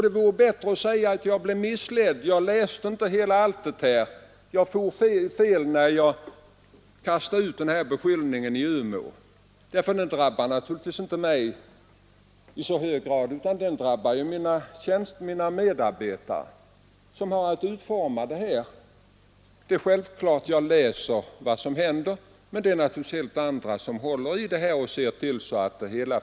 Det vore bättre att säga: Jag blev missledd, jag läste inte allt, jag tog fel när jag kastade ut beskyllningen i Umeå. — Den beskyllningen drabbar naturligtvis inte bara mig utan också mina medarbetare som har att utforma förslagen. Jag läser självfallet vad som beslutas, men det är andra som håller i det hela och ser till att besluten expedieras.